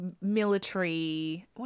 military